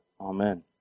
Amen